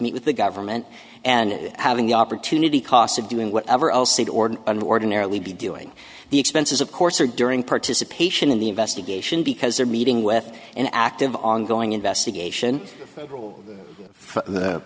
with the government and having the opportunity cost of doing whatever else he ordered an ordinarily be doing the expenses of course or during participation in the investigation because they're meeting with an active ongoing investigation